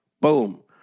Boom